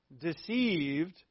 deceived